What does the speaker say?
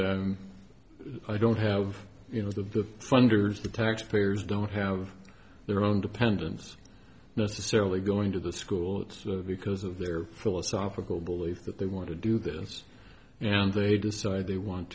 and i don't have you know the funders the taxpayers don't have their own dependence necessarily going to the schools because of their philosophical belief that they want to do this and they decide they want